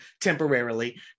temporarily